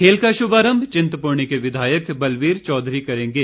खेल का शुभारंभ चिंतपूर्णी के विधायक बलवीर चौधरी करेंगे